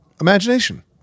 imagination